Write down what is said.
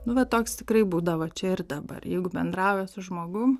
nu va toks tikrai būdavo čia ir dabar jeigu bendrauja su žmogum